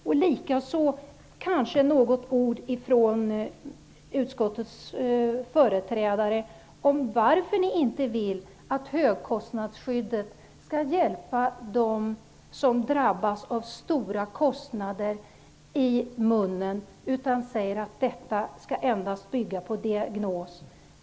Kanske kan man också få något ord från utskottets företrädare om varför ni inte vill att högkostnadsskyddet skall hjälpa dem som drabbas av stora kostnader för munnen och varför ni säger att högkostnadsskyddet endast skall bygga på diagnos.